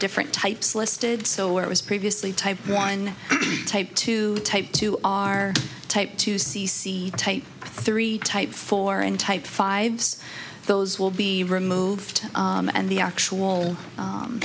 different types listed so what was previously type one type two type two are type two c c d type three type four and type fives those will be removed and the actual